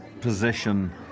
position